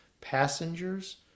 passengers